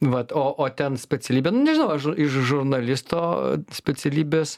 vat o o ten specialybė nu nežinau aš iš žurnalisto specialybės